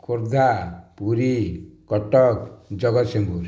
Khordha Puri Cuttack Jagatsinghpur